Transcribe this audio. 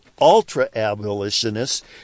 ultra-abolitionists